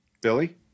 Billy